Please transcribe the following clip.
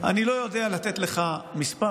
אני לא יודע לתת לך מספר.